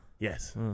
Yes